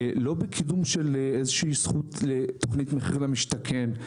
לא בקידום של איזה שהיא זכות לתוכנית מחיר למשתכן.